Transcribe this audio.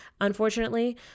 unfortunately